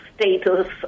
Status